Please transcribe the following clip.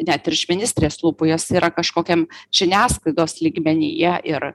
net ir iš ministrės lūpų jos yra kažkokiam žiniasklaidos lygmenyje ir